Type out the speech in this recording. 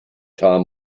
tom